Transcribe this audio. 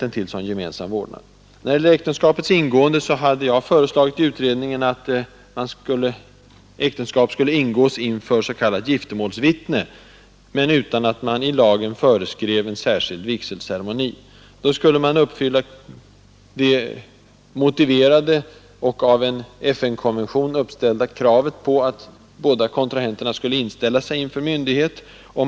När det gäller äktenskaps ingående hade jag föreslagit i utredningen att äktenskap skulle ingås inför s.k. giftermålsvittne, utan att man i lagen föreskrev en särskild vigselceremoni. Då skulle man uppfylla det motiverade och av en FN-konvention uppställda kravet att båda kontrahenterna skall inställa sig inför myndighet.